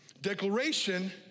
Declaration